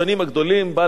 בעל ה"משך חוכמה",